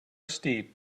steep